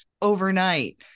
overnight